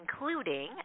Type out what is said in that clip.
including